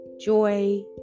joy